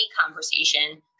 conversation